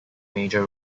major